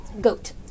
Goat